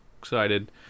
Excited